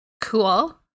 Cool